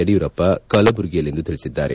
ಯಡಿಯೂರಪ್ಪ ಕಲಬುರಗಿಯಲ್ಲಿಂದು ತಿಳಿಸಿದ್ದಾರೆ